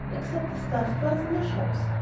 except the stuffed ones in the shops.